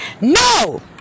No